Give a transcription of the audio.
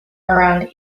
around